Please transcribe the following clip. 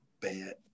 bad